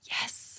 Yes